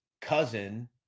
cousin